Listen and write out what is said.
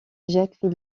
jacques